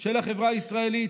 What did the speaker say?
של החברה הישראלית,